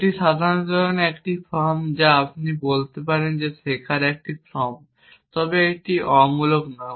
এটি সাধারণীকরণের একটি ফর্ম যা আপনি বলতে পারেন শেখার একটি ফর্ম তবে এটি অমূলক নয়